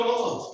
God